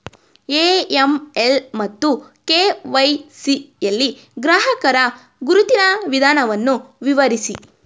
AML ಮತ್ತು KYC ಯಲ್ಲಿ ಗ್ರಾಹಕರ ಗುರುತಿನ ವಿಧಾನವನ್ನು ವಿವರಿಸಿ?